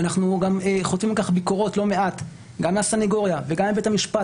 ואנחנו גם חוטפים על כך ביקורות לא מעט גם מהסנגוריה וגם מבית המשפט,